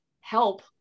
help